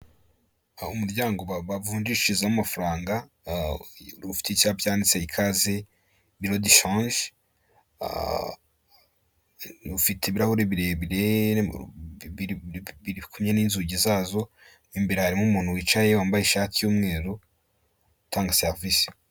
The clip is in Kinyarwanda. Aho umuryango bavunjishirizamo amafaranga, ufite icyapa cyanditse ikaze biro dishanje, ufite ibirahuri birebire biri kumwe n'inzugi zazo, imbere harimo umuntu wicaye wambaye ishati y'umweru utanga serivise.